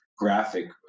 graphic